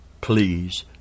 please